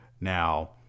Now